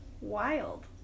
Wild